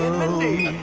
mindy